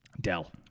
Dell